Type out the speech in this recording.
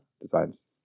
designs